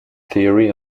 theory